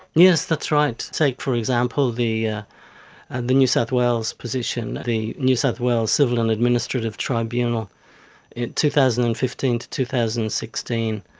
yes, that's right. take for example the ah and the new south wales position, the new south wales civil and administrative tribunal in two thousand and fifteen to two thousand and sixteen,